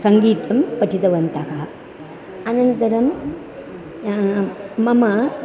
सङ्गीतं पठितवन्तः अनन्तरं मम